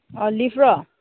ꯑꯣ ꯂꯤꯐꯂꯣ